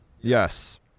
Yes